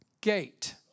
gate